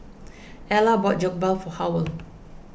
Ella bought Jokbal for Howell